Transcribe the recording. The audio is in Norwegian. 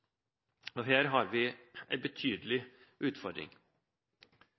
idrettslag. Her har vi en betydelig utfordring.